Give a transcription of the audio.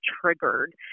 triggered